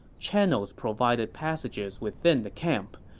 channels provide passages within the camp,